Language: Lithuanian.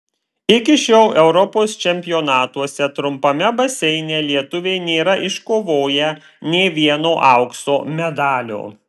iki šiol europos čempionatuose trumpame baseine lietuviai nėra iškovoję nė vieno aukso medalio